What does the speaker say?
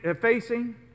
facing